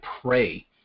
pray